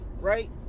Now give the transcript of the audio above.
right